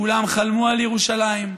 כולם חלמו על ירושלים,